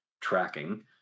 tracking